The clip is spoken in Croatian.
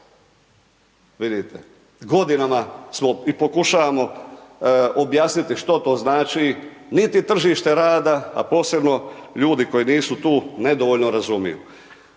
Vidite, godinama smo i pokušavamo objasniti što to znači, niti tržište rada a posebno ljudi koji nisu tu nedovoljno razumiju.